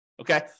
okay